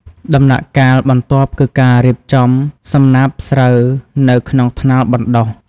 ដំណាក់កាលបន្ទាប់គឺការរៀបចំសំណាបស្រូវនៅក្នុងថ្នាលបណ្តុះ។